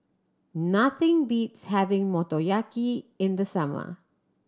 nothing beats having Motoyaki in the summer